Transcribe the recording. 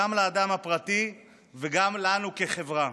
גם לאדם הפרטי וגם לנו כחברה.